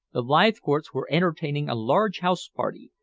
the leithcourts were entertaining a large house-party,